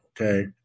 Okay